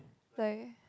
like